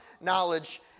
knowledge